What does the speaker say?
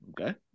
okay